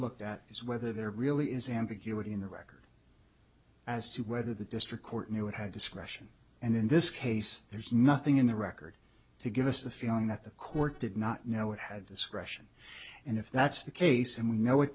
looked at is whether there really is ambiguity in the record as to whether the district court knew it had discretion and in this case there's nothing in the record to give us the feeling that the court did not know it had discretion and if that's the case and we know